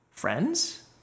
Friends